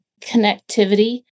connectivity